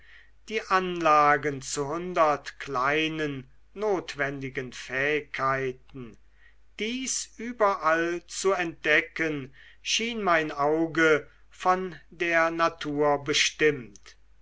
die anlagen zu hundert kleinen notwendigen fähigkeiten diese überall zu entdecken schien mein auge von der natur bestimmt